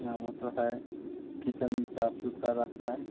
हाँ वो तो है किचन साफ़ सुथरा रहता है